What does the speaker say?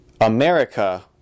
America